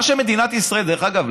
דרך אגב,